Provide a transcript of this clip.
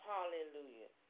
Hallelujah